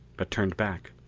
but turned back.